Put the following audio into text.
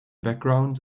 background